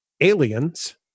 aliens